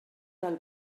del